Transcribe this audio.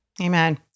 Amen